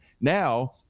Now